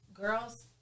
girls